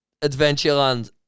Adventureland